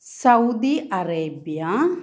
Saudi Arabia